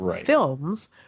films